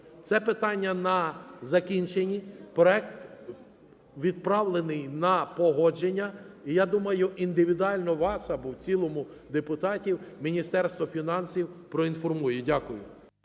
Це питання на закінченні. Проект відправлений на погодження. І, я думаю, індивідуально вас або в цілому депутатів, Міністерство фінансів проінформує. Дякую.